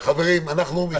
חברים, אנחנו מיצינו.